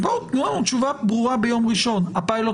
תנו לנו תשובה ברורה ביום ראשון הפילוט